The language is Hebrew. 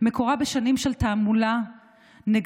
מקורה בשנים של תעמולה נגטיבית.